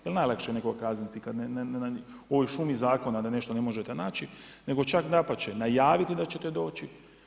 Jer najlakše je nekoga kazniti kada u ovoj šumi zakona da nešto ne možete naći, nego čak dapače, najaviti da ćete doći.